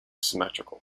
symmetrical